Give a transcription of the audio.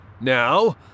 Now